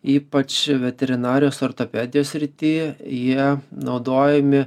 ypač veterinarijos ortopedijos srity jie naudojami